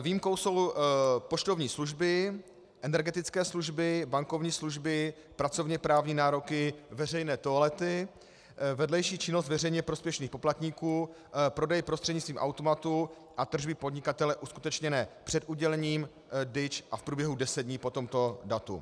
Výjimkou jsou poštovní služby, energetické služby, bankovní služby, pracovněprávní nároky, veřejné toalety, vedlejší činnost veřejně prospěšných poplatníků, prodej prostřednictvím automatů a tržby podnikatele uskutečněné před udělením DIČ a v průběhu deseti dnů po tomto datu.